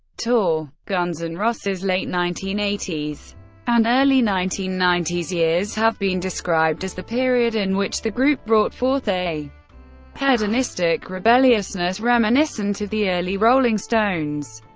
tour. guns n' and roses' late nineteen eighty s and early nineteen ninety s years have been described as the period in which the group brought forth a hedonistic rebelliousness reminiscent of the early rolling stones,